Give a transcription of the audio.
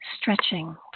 Stretching